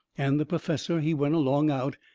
and the perfessor he went along out,